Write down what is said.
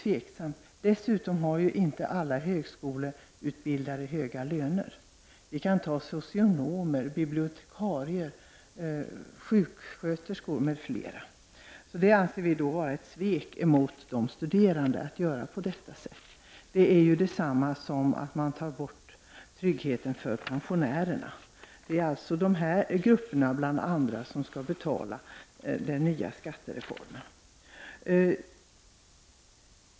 Dessutom har inte alla högskoleutbildade höga löner. Jag kan som exempel ta socionomer, bibliotekarier och sjuksköterskor. Det är ett svek mot de studerande att göra på detta sätt. Det är samma sak som när man tar bort tryggheten för pensionärerna. Det är alltså bl.a. dessa grupper som skall betala den nya skattereformen.